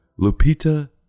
Lupita